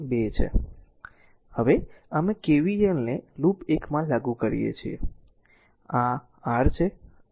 હવે અમે KVL ને લૂપ 1 માં લાગુ કરીએ છીએ